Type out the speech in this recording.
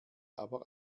aber